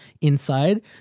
inside